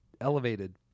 elevated